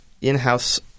in-house